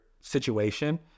situation